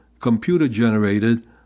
computer-generated